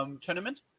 tournament